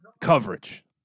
coverage